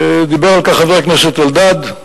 דיבר על כך חבר הכנסת אלדד.